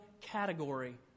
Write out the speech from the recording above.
category